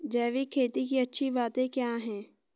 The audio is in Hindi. जैविक खेती की अच्छी बातें क्या हैं?